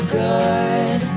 good